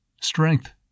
Strength